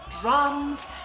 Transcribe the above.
drums